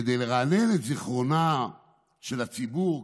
כדי לרענן את זיכרונו של הציבור,